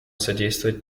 содействовать